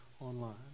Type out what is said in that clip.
online